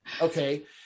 Okay